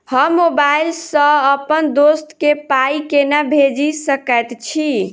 हम मोबाइल सअ अप्पन दोस्त केँ पाई केना भेजि सकैत छी?